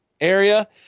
area